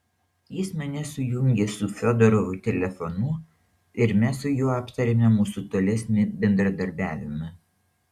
jis mane sujungė su fiodorovu telefonu ir mes su juo aptarėme mūsų tolesnį bendradarbiavimą